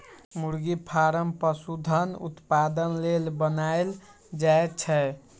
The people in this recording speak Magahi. मुरगि फारम पशुधन उत्पादन लेल बनाएल जाय छै